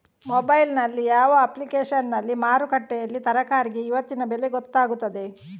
Mobile ನಲ್ಲಿ ಯಾವ ಅಪ್ಲಿಕೇಶನ್ನಲ್ಲಿ ಮಾರುಕಟ್ಟೆಯಲ್ಲಿ ತರಕಾರಿಗೆ ಇವತ್ತಿನ ಬೆಲೆ ಗೊತ್ತಾಗುತ್ತದೆ?